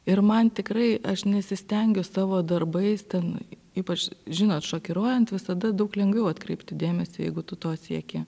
ir man tikrai aš nesistengiu savo darbais ten ypač žinot šokiruojant visada daug lengviau atkreipti dėmesį jeigu tu to sieki